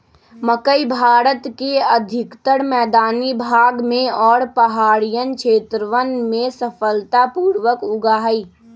मकई भारत के अधिकतर मैदानी भाग में और पहाड़ियन क्षेत्रवन में सफलता पूर्वक उगा हई